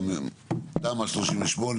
תמ"א 38,